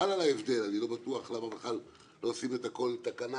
בהבדל הזה בתקצוב במיוחד,